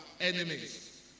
enemies